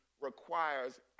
requires